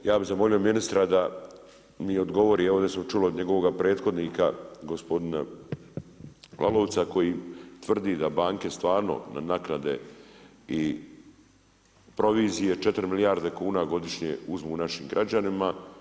Ja bih zamolio ministra da mi odgovori evo ovdje sam čuo od njegovog prethodnika gospodina Lalovca koji tvrdi da banke stvarno na naknade i provizije 4 milijarde kuna godišnje uzmu našim građanima.